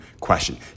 question